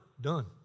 done